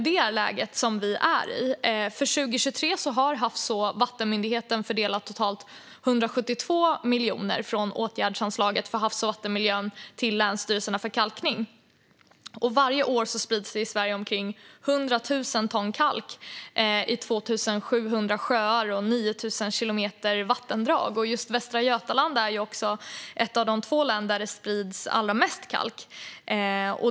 Det är detta läge vi har. För 2023 har Havs och vattenmyndigheten fördelat totalt 172 miljoner från åtgärdsanslaget för havs och vattenmiljön till länsstyrelserna för kalkning. Varje år sprids det i Sverige omkring 100 000 ton kalk i 2 700 sjöar och 9 000 kilometer vattendrag. Just Västra Götaland är ett av de två län där det sprids allra mest kalk.